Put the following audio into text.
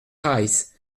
reiss